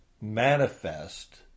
manifest